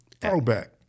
Throwback